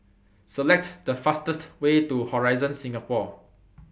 Select The fastest Way to Horizon Singapore